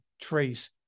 trace